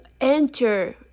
enter